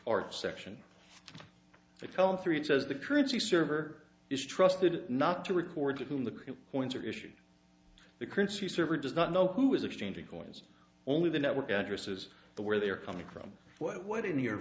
or section i tell him three it says the currency server is trusted not to record to whom the coins are issued the currency server does not know who is exchanging coins only the network addresses the where they are coming from what in your